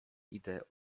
idę